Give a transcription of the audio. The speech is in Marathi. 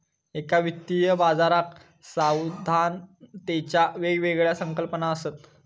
एका वित्तीय बाजाराक सावधानतेच्या वेगवेगळ्या संकल्पना असत